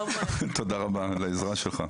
תודה רבה על העזרה שלך.